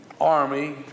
army